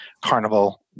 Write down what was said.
carnival